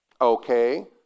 Okay